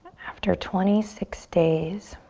after twenty six days.